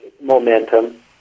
momentum